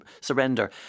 surrender